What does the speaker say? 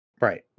Right